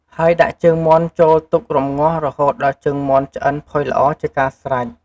ហើយដាក់ជើងមាន់ចូលទុករម្ងាស់រហូតដល់ជើងមាន់ឆ្អិនផុយល្អជាការស្រេច។